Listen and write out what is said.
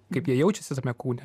kaip jie jaučiasi tame kūne